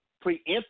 preempt